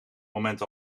moment